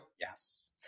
Yes